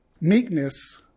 Meekness